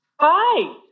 Hi